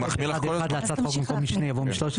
בסעיף (ב1)(1) להצעת החוק במקום 'משני' יבוא 'משלושת',